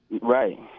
Right